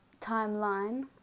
timeline